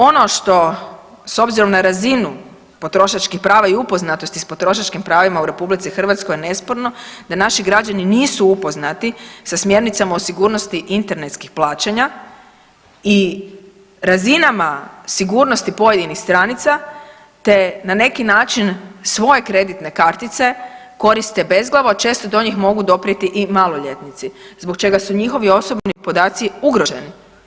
Ono što s obzirom na razinu potrošačkih prava i upoznatosti s potrošačkim pravima u RH nesporno da naši građani nisu upoznati sa smjernicama o sigurnosti internetskih plaćanja i razinama sigurnosti pojedinih stranica te na neki način svoje kreditne kartice koriste bezglavo, a često do njih mogu doprijeti i maloljetnici zbog čega su njihovi osobni podaci ugroženi.